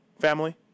family